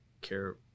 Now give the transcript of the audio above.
care